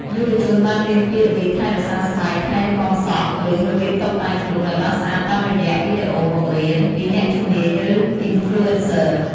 យុវជនបានរៀនពីរបៀបថែរក្សាស្បែក ថែទាំសក់ ឬរបៀបតុបតែងខ្លួនឲ្យបានស្អាតតាមរយៈវីដេអូបង្រៀន ពីអ្នកជំនាញ ឬ អុីនផ្លូអេនសឺ ។